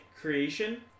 creation